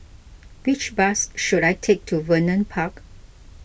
which bus should I take to Vernon Park